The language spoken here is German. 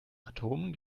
atomen